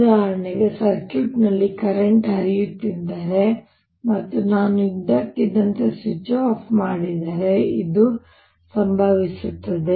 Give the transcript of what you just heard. ಉದಾಹರಣೆಗೆ ಸರ್ಕ್ಯೂಟ್ ನಲ್ಲಿ ಕರೆಂಟ್ ಹರಿಯುತ್ತಿದ್ದರೆ ಮತ್ತು ನಾನು ಇದ್ದಕ್ಕಿದ್ದಂತೆ ಸ್ವಿಚ್ ಆಫ್ ಮಾಡಿದರೆ ಇದು ಸಂಭವಿಸುತ್ತದೆ